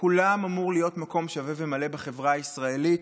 לכולם אמור להיות מקום שווה ומלא בחברה הישראלית.